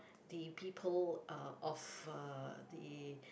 the people uh of uh the